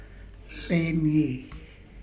Laneige